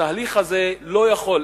התהליך הזה לא יכול,